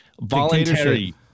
voluntary